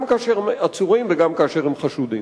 גם כאשר הם עצורים וגם כאשר הם חשודים.